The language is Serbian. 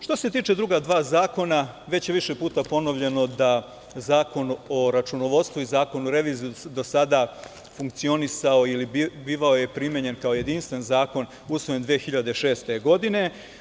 Što se tiče druga dva zakona, već je više puta ponovljeno da Zakon o računovodstvu i Zakon o reviziji do sada je funkcionisao i primenjivao se kao jedinstven zakon usvojen 2006. godine.